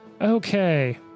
okay